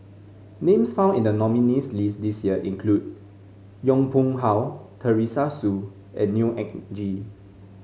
names found in the nominees' list this year include Yong Pung How Teresa Hsu and Neo Anngee